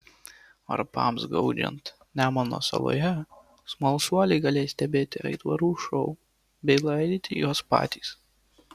varpams gaudžiant nemuno saloje smalsuoliai galės stebėti aitvarų šou bei laidyti juos patys